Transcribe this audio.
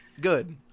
Good